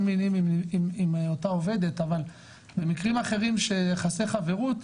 מיניים עם אותה עובדת אבל במקרים אחרים שיחסי חברות,